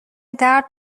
درد